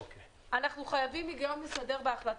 אנחנו חייבים הגיון וסדר בהחלטות.